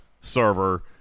Server